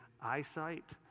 eyesight